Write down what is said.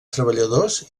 treballadors